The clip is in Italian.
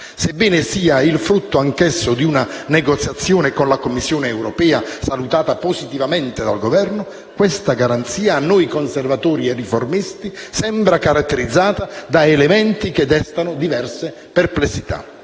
Sebbene sia il frutto anch'essa di una "negoziazione" con la Commissione europea, salutata positivamente dal Governo, questa garanzia a noi Conservatori e Riformisti sembra caratterizzata da elementi che destano diverse perplessità.